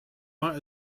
might